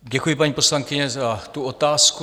Děkuji, paní poslankyně, za tu otázku.